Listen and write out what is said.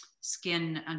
skin